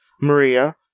Maria